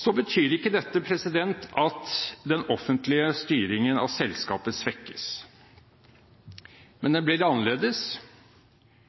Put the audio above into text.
Dette betyr ikke at den offentlige styringen av selskapet svekkes. Men den blir annerledes.